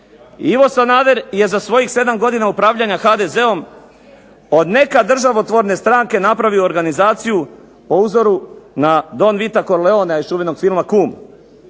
Ivo Sanader je za svojih 7 godina upravljanja HDZ-om od nekad državotvorne stranke napravio organizaciju po uzoru na don Vita Corleonea iz čuvenog filma "KUM."